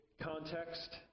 context